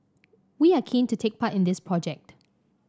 we are keen to take part in this project